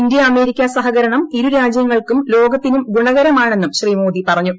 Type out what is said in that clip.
India America സഹകരണം ഇരു രാജ്യങ്ങൾക്കും ലോകത്തിനും ഗുണകരമാണെന്നും ശ്രീ മോദി പറഞ്ഞു